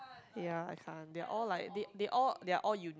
ya I can't they all like they they all they are all uni~